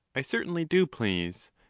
i certainly do please,